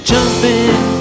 Jumping